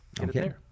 Okay